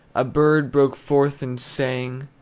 a bird broke forth and sang,